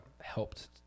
helped